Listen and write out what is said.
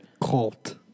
Cult